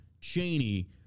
Cheney